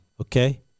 Okay